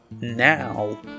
now